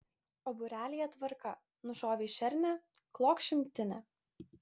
o būrelyje tvarka nušovei šernę klok šimtinę